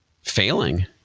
failing